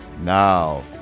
Now